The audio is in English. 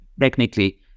technically